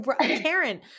Karen